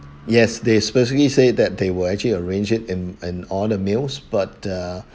yesterday they specifically said that they will actually arrange it in in all the meals but uh